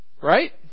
Right